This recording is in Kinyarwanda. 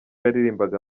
yaririmbaga